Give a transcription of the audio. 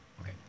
Okay